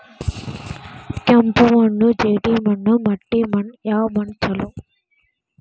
ಕೆಂಪು ಮಣ್ಣು, ಜೇಡಿ ಮಣ್ಣು, ಮಟ್ಟಿ ಮಣ್ಣ ಯಾವ ಮಣ್ಣ ಛಲೋ?